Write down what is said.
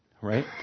right